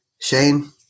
Shane